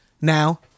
Now